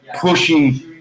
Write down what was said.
pushing